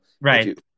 Right